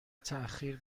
تاخیر